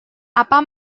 apa